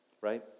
right